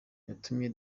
yatumye